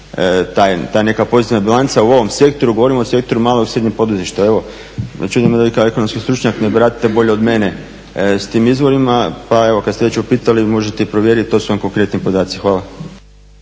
ta neka pozitivna bilanca u ovom sektoru, govorim o sektoru malog i srednjeg poduzetništva. Evo, čudi me da vi kao ekonomski stručnjak ne baratate bolje od mene s tim izvorima. Pa evo, kad ste već upitali vi možete i provjeriti, to su vam konkretni podaci. Hvala.